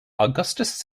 augustus